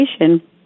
Education